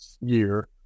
year